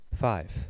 Five